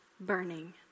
burning